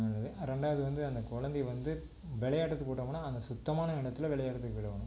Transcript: நல்லது ரெண்டாவது வந்து அந்தக் கொழந்தை வந்து விளையாட்டத்துக்கு விட்டமுன்னா அந்தச் சுத்தமான இடத்துல விளையாட்றதுக்கு விடணும்